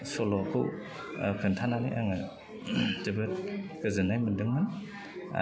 सल'खौ खोन्थानानै आङो जोबोद गोजोन्नाय मोनदोंमोन